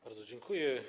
Bardzo dziękuję.